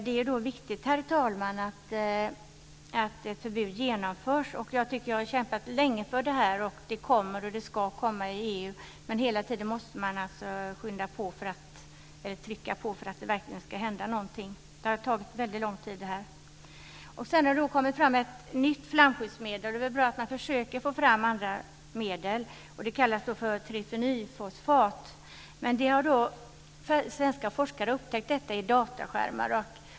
Det är viktigt, herr talman, att ett förbud genomförs. Jag tycker att jag har kämpat länge för detta. Det sägs att det kommer och att det ska komma i EU, men hela tiden måste man trycka på för att det verkligen ska hända någonting. Det har tagit väldigt lång tid. Det har kommit fram ett nytt flamskyddsmedel. Det är väl bra att man försöker få fram andra medel. Det kallas för trifenylfosfat. Svenska forskare har upptäckt detta i dataskärmar.